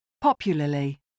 Popularly